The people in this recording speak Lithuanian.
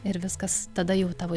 ir viskas tada jau tavo